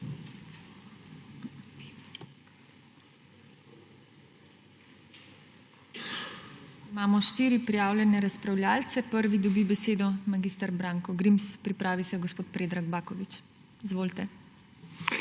Imamo štiri prijavljene razpravljavce. Prvi dobi besedo mag. Branko Grims, pripravi se gospod Predrag Baković. Izvolite.